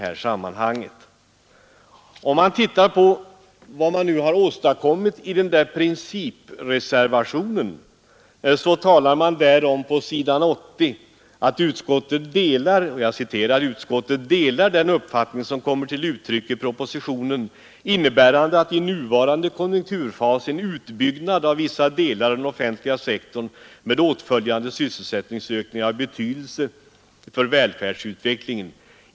Låt oss titta på vad man åstadkommit i den här principreservationen. Där sägs på s. 80: ”Utskottet delar den uppfattning som kommer till uttryck i propositionen innebärande att i nuvarande konjunkturfas en utbyggnad av vissa delar av den offentliga sektorn med åtföljande sysselsättningsökning är av betydelse för välfärdsutvecklingen.